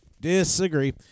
Disagree